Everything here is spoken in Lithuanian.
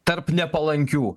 tarp nepalankių